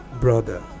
brother